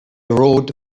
rode